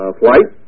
flight